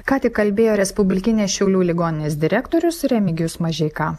ką tik kalbėjo respublikinės šiaulių ligoninės direktorius remigijus mažeika